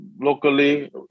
locally